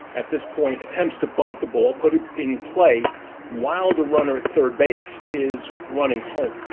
at this point, attempts to bunt the ball, put it in play while the runner, at third base, is running home